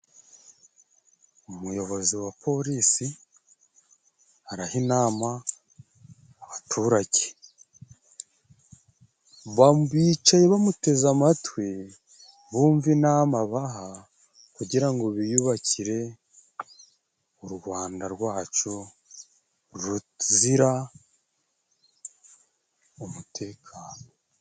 Umuyobozi wa polisi araha inama abaturage bicaye bamuteze amatwi bumva inama abaha kugira ngo biyubakire u Rwanda rwacu ruzira umutekano.